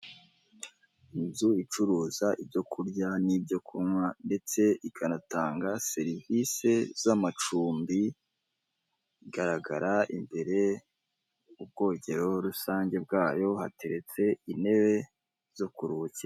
Inzu icuruza ibyo kurya n'ibyo kunywa, ndetse ikanatanga serivise z'amacumbi, igaragara imbere, ubwogero rusange bwayo, hateretse intebe zo kuruhukira.